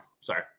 Sorry